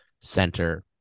center